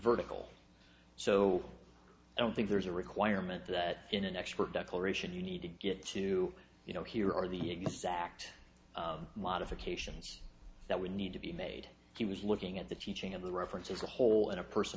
vertical so i don't think there's a requirement that in an expert declaration you need to get to you know here are the exact modifications that we need to be made he was looking at the teaching of the reference as a whole and a person